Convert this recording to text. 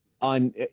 on